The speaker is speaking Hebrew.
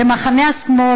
במחנה השמאל,